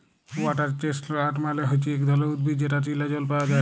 water chestnut মালে হচ্যে ইক ধরণের উদ্ভিদ যেটা চীলা জল পায়া যায়